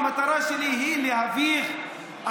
אז הדבר המשתנה הוא לא שאנחנו מגישים,